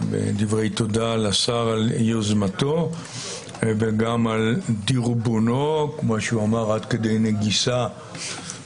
דברי תודה לשר על יוזמתו ועל דרבונו עד כדי נגיסה